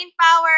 power